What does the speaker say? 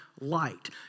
light